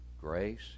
grace